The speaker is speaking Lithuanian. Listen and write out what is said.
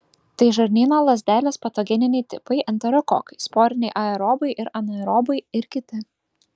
tai žarnyno lazdelės patogeniniai tipai enterokokai sporiniai aerobai ir anaerobai ir kiti